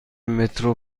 مترو